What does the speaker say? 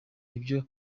ibyo